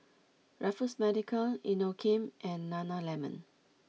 Raffles Medical Inokim and Nana Lemon